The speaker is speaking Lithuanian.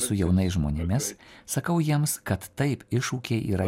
su jaunais žmonėmis sakau jiems kad taip iššūkiai yra